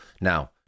Now